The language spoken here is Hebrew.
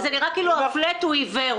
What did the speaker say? זה נראה כאילו שהפלאט הוא עיוור.